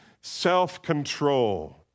self-control